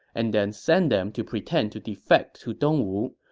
and then send them to pretend to defect to dong wu.